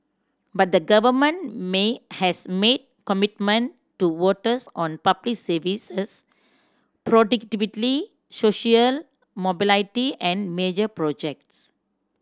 but the government made has made commitment to voters on public services productivity social mobility and major projects